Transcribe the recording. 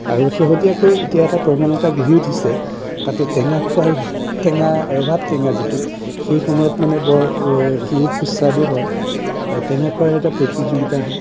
আৰু শেহতীয়াকৈ এতিয়া এটা প্ৰৱণতা গঢ়ি উঠিছে তাতে টেঙা খোৱাৰ টেঙা ৰবাবটেঙা যিটো সেইসময়ত মানে বৰ ই সুস্বাদু হয় টেঙা খোৱাৰ এটা প্ৰতিযোগীতা হয়